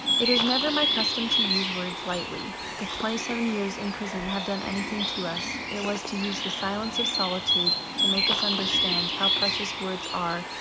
it is never my custom to use words lightly. if twenty seven years in prison have done anything to us, it was to use the silence of solitude to make us understand how precious words are,